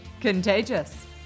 contagious